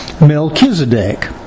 Melchizedek